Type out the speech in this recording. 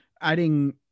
adding